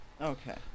okay